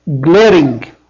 glaring